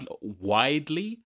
widely